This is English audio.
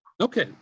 Okay